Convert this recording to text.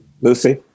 Lucy